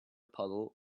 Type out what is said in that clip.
puddle